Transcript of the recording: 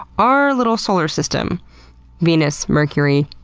our little solar system venus, mercury,